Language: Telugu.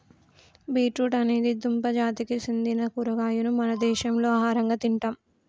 బీట్ రూట్ అనేది దుంప జాతికి సెందిన కూరగాయను మన దేశంలో ఆహరంగా తింటాం